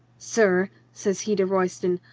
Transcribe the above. sir, says he to royston,